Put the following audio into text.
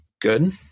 good